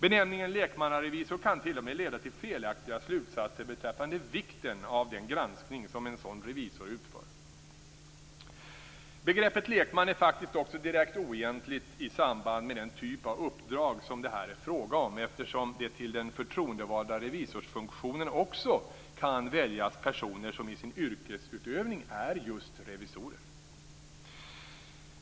Benämningen lekmannarevisor kan t.o.m. leda till felaktiga slutsatser beträffande vikten av den granskning som en sådan revisor utför. Begreppet lekman är faktiskt också direkt oegentligt i samband med den typ av uppdrag som det här är fråga om, eftersom det till den förtroendevalda revisorsfunktionen också kan väljas personer som i sin yrkesutövning är just revisorer.